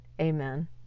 Amen